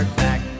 back